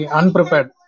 unprepared